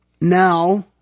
now